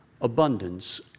abundance